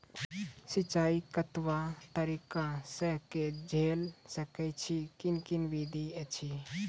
सिंचाई कतवा तरीका सअ के जेल सकैत छी, कून कून विधि ऐछि?